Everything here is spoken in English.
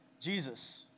Jesus